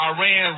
Iran